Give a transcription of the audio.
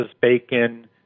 Bacon